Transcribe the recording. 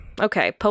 Okay